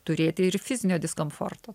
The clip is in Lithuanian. turėti ir fizinio diskomforto